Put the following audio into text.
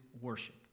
worship